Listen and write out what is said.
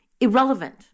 irrelevant